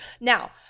now